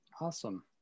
awesome